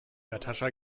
natascha